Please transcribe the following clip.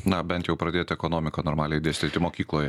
na bent jau pradėti ekonomiką normaliai dėstyti mokykloje